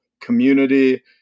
community